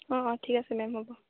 অঁ অঁ ঠিক আছে মেম হ'ব